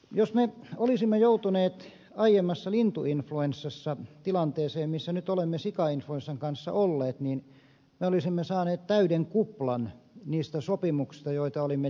jos me olisimme joutuneet aiemmassa lintu influenssassa tilanteeseen missä nyt olemme sikainfluenssan kanssa olleet niin me olisimme saaneet täyden kuplan niistä sopimuksista joita olimme tehneet